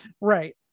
right